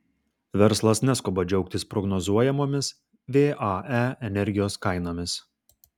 verslas neskuba džiaugtis prognozuojamomis vae energijos kainomis